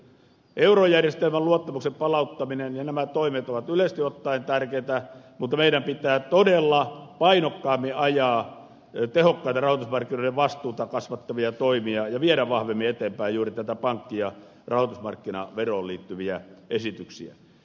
eurojärjestelmän luottamuksen palauttaminen ja nämä toimet ovat yleisesti ottaen tärkeitä mutta meidän pitää todella painokkaammin ajaa tehokkaita rahoitusmarkkinoiden vastuuta kasvattavia toimia ja viedä vahvemmin eteenpäin juuri pankki ja rahoitusmarkkinaveroon liittyviä esityksiä